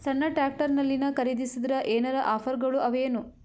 ಸಣ್ಣ ಟ್ರ್ಯಾಕ್ಟರ್ನಲ್ಲಿನ ಖರದಿಸಿದರ ಏನರ ಆಫರ್ ಗಳು ಅವಾಯೇನು?